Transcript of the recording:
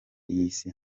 y’isi